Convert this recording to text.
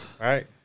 right